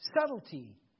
subtlety